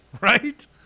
Right